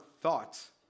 thoughts